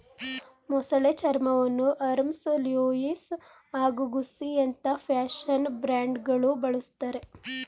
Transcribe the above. ಮೊಸಳೆ ಚರ್ಮವನ್ನು Hermes Louis ಹಾಗೂ ಗುಸ್ಸಿಯಂತ ಫ್ಯಾಷನ್ ಬ್ರ್ಯಾಂಡ್ಗಳು ಬಳುಸ್ತರೆ